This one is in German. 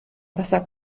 wasser